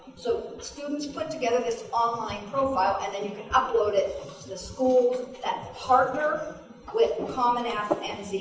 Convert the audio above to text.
so students put together this online profile and then you can upload it to the schools that partner with and common app and zeemee.